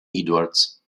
edwards